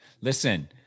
Listen